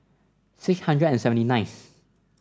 six hundred and seventy ninth